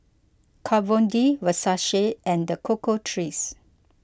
Kat Von D Versace and the Cocoa Trees